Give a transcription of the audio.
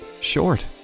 short